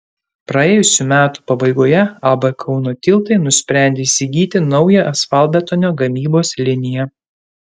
praėjusių metų pabaigoje ab kauno tiltai nusprendė įsigyti naują asfaltbetonio gamybos liniją